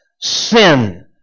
sin